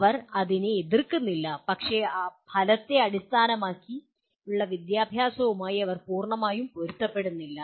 അവർ ഇതിനെ എതിർക്കുന്നില്ല പക്ഷേ ഫലത്തെ അടിസ്ഥാനമാക്കിയുള്ള വിദ്യാഭ്യാസവുമായി അവർ പൂ൪ണ്ണമായും പൊരുത്തപ്പെടുന്നില്ല